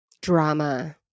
Drama